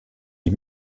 les